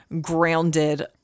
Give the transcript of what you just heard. grounded